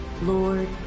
Lord